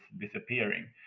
disappearing